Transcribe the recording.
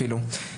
אפילו.